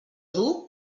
dur